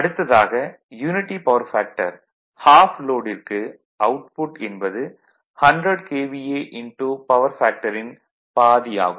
அடுத்ததாக unity power factor of லோடிற்கு output என்பது 100 KVA பவர் ஃபேக்டர்ன் பாதி ஆகும்